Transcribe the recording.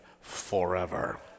forever